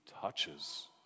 touches